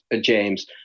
James